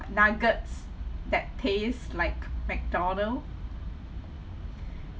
nuggets that tastes like mcdonald's